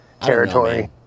territory